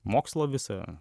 mokslą visą